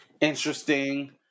interesting